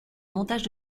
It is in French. montage